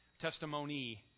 testimony